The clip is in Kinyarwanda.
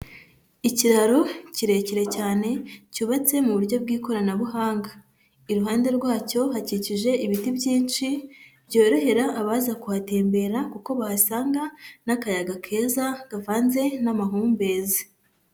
Ikiraro kirekire cyane cyubatse mu buryo bw'ikoranabuhanga, iruhande rwacyo hakikije ibiti byinshi byorohera abaza kuhatembera, kuko bahasanga n'akayaga keza kavanze n'amahumbezi.